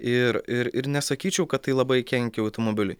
ir ir ir nesakyčiau kad tai labai kenkia automobiliui